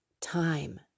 time